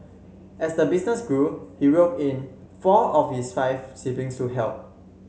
as the business grew he roped in four of his five siblings to help